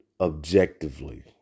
objectively